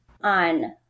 on